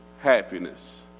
happiness